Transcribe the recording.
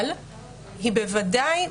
אבל היא בוודאי,